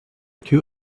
two